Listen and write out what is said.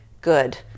good